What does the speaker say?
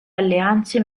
alleanze